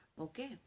Okay